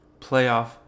playoff